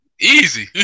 Easy